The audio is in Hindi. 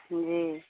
जी